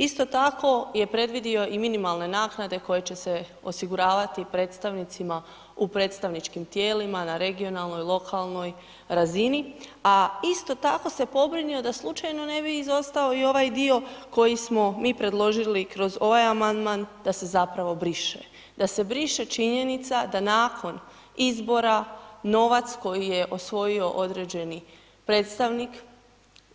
Isto tako je predvidio i minimalne naknade koje će se osiguravati predstavnicima u predstavničkim tijelima, na regionalnoj, lokalnoj razini a isto tako se pobrinuo da slučajno ne bi izostao i ovaj dio koji smo predložili kroz ovaj amandman da se zapravo briše, da se briše činjenica da nakon izbora novac koji je osvojio određeni predstavnik